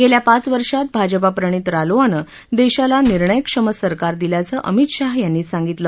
गेल्या पाच वर्षात भाजपाप्रणित रालोआनं देशाला निर्णयाक्षम सरकार दिल्याचं अमित शहा यांनी सांगितलं